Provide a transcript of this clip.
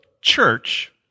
church